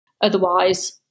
Otherwise